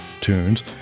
tunes